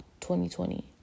2020